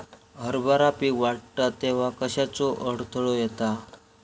हरभरा पीक वाढता तेव्हा कश्याचो अडथलो येता?